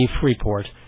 Freeport